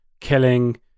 killing